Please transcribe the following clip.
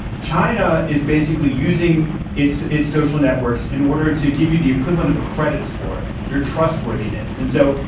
china is basically using its its social networks in order to give you the equivalent of a credit score, your trustworthiness. and so,